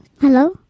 Hello